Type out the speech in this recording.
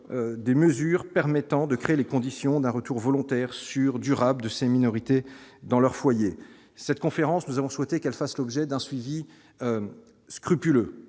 des mesures permettant de créer les conditions d'un retour volontaire sur durable de ces minorités dans leur foyer, cette conférence, nous avons souhaité qu'elle fasse l'objet d'un suivi scrupuleux